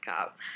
up